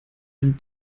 dem